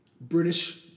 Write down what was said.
British